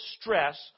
stress